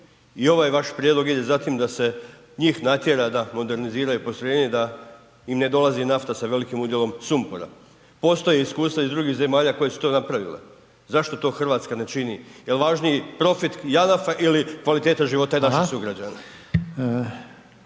I ovaj vaš prijedlog ide za tim da se njih natjera da moderniziraju postrojenje da im ne dolazi nafta sa velikim udjelom sumpora. Postoje iskustva iz drugih zemalja koje su to napravile. Zašto to Hrvatska ne čini? Je li važniji profit Janafa ili kvaliteta života našim sugrađana?